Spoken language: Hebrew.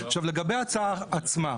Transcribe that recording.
עכשיו, לגבי ההצעה עצמה,